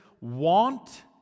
want